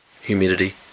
humidity